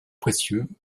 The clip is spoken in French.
précieux